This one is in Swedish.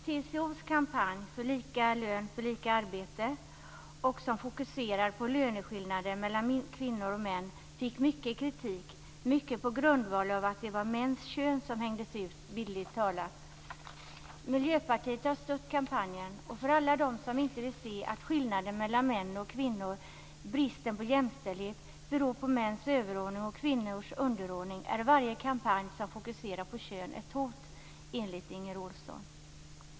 TCO:s kampanj för lika lön för lika arbete, som fokuserade på löneskillnader mellan kvinnor och män, fick mycket kritik, mycket på grundval av att det var mäns kön som hängdes ut, bildligt talat. Miljöpartiet har stött kampanjen. För alla dem som inte vill se att skillnaden mellan män och kvinnor och bristen på jämställdhet beror på mäns överordning och kvinnors underordning är varje kampanj som fokuserar på kön ett hot, enligt Inger Olsson.